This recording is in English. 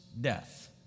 death